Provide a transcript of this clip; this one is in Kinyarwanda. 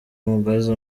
umugozi